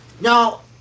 Now